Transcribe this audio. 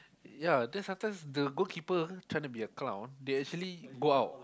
ya then sometimes the goal keeper trying to be a clown they actually go out